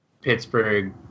Pittsburgh